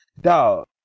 Dog